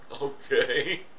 Okay